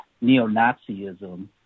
neo-Nazism